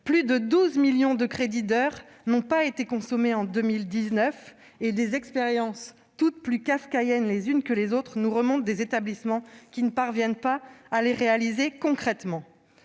plus de 12 millions de crédits d'heures n'ont pas été consommés en 2019, et des expériences toutes plus kafkaïennes les unes que les autres nous remontent des établissements, qui ne parviennent pas à les réaliser concrètement.